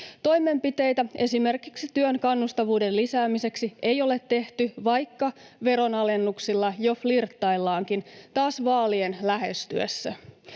Toimenpiteitä esimerkiksi työn kannustavuuden lisäämiseksi ei ole tehty, vaikka veronalennuksilla jo flirttaillaankin taas vaalien lähestyessä.